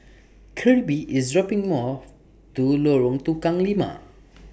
Kirby IS dropping More to Lorong Tukang Lima